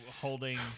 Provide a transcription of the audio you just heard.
holding